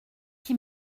qui